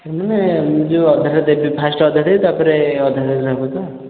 ମାନେ ମୁଁ ଯେଉଁ ଅଧାଟେ ଦେବି ଫାଷ୍ଟ୍ ଅଧା ଦେବି ତା'ପରେ ଅଧାଟା ଦେଲେ ହେବ ତ